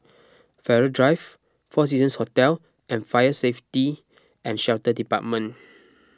Farrer Drive four Seasons Hotel and Fire Safety at Shelter Department